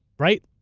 right?